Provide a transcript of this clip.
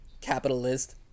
capitalist